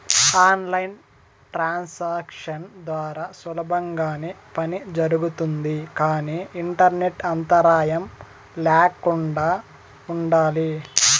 on line transactions ద్వారా సులభంగానే పని జరుగుతుంది కానీ ఇంటర్నెట్ అంతరాయం ల్యాకుండా ఉండాలి